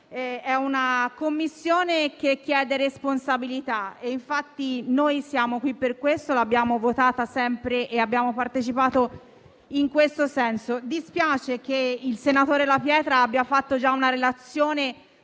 È una Commissione che chiede responsabilità; noi siamo qui per questo, l'abbiamo sempre votata e abbiamo partecipato in tal senso. Dispiace che il senatore La Pietra abbia svolto già una relazione